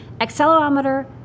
accelerometer